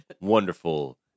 wonderful